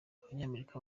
abanyamerika